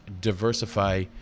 diversify